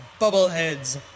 Bubbleheads